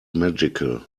magical